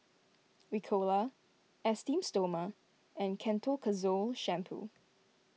Ricola Esteem Stoma and Ketoconazole Shampoo